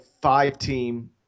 five-team –